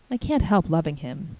i can't help loving him.